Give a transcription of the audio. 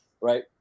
Right